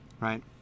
Right